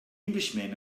englishman